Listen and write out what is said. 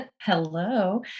Hello